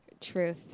Truth